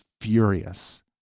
furious